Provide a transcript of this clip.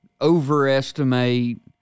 overestimate